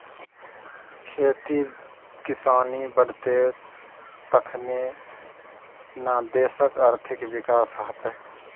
खेती किसानी बढ़ितै तखने न देशक आर्थिक विकास हेतेय